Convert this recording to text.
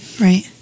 Right